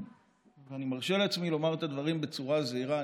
אני מרשה לעצמי לומר את הדברים בצורה זהירה.